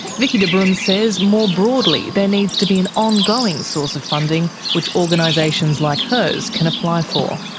vicki dobrunz says more broadly there needs to be an ongoing source of funding which organisations like hers can apply for.